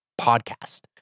podcast